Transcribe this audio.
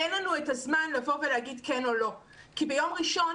אין לנו את הזמן לבוא ולהגיד כן או לא כי ביום ראשון